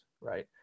right